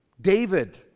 David